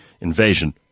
invasion